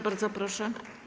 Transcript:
Bardzo proszę.